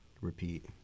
repeat